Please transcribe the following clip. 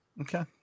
Okay